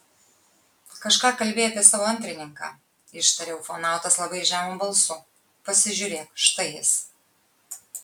kažką kalbėjai apie savo antrininką ištarė ufonautas labai žemu balsu pasižiūrėk štai jis